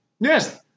yes